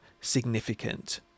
significant